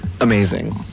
Amazing